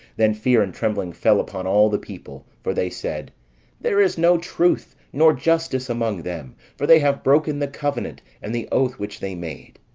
then fear and trembling fell upon all the people for they said there is no truth, nor justice among them for they have broken the covenant, and the oath which they made.